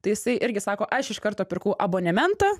tai jisai irgi sako aš iš karto pirkau abonementą